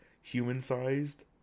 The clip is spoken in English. human-sized